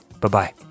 Bye-bye